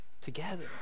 together